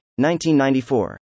1994